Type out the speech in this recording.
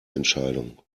entscheidung